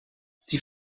sie